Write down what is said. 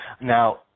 Now